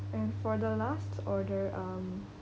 and for the last order um